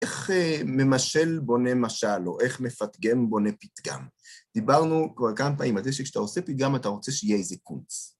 איך ממשל בונה משל, או איך מפתגם בונה פתגם? דיברנו כבר כמה פעמים על זה שכשאתה עושה פתגם אתה רוצה שיהיה איזה קונץ.